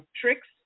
tricks